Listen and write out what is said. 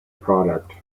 product